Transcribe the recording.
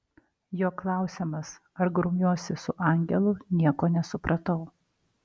jo klausiamas ar grumiuosi su angelu nieko nesupratau